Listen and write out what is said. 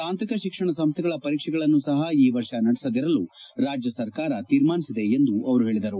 ತಾಂತ್ರಿಕ ಶಿಕ್ಷಣ ಸಂಸ್ಥೆಗಳ ಪರೀಕ್ಷೆಗಳನ್ನೂ ಸಹ ಈ ವರ್ಷ ನಡೆಸದಿರಲು ರಾಜ್ಯ ಸರ್ಕಾರ ತೀರ್ಮಾನಿಸಿದೆ ಎಂದು ಅವರು ಹೇಳಿದರು